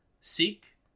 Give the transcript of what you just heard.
Seek